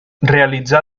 realitzar